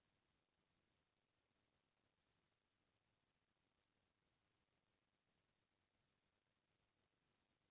basic वेतन ह कोनो मनसे के मूल वेतन होथे जेखर उप्पर भत्ता मन ह जुड़थे